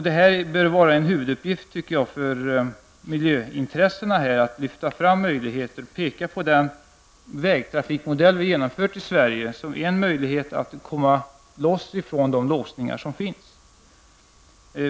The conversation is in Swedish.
Det bör vara en huvuduppgift, tycker jag, för miljöintressena att lyfta fram möjligheter och peka på den vägtrafikmodell vi har genomfört i Sverige som en möjlighet att komma loss från de låsningar som finns.